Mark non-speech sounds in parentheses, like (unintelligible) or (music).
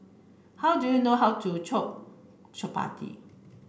how do you know how to (unintelligible) Chapati